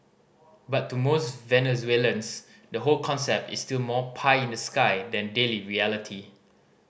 but to most Venezuelans the whole concept is still more pie in the sky than daily reality